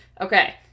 okay